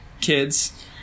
kids